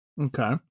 Okay